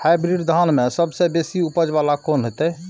Hybrid धान में सबसे बेसी उपज बाला कोन हेते?